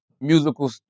musical